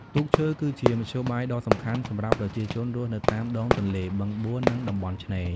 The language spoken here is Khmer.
ទូកឈើគឺជាមធ្យោបាយដ៏សំខាន់សម្រាប់ប្រជាជនរស់នៅតាមដងទន្លេ បឹងបួ និងតំបន់ឆ្នេរ ។